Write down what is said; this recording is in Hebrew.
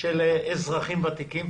של אזרחים ותיקים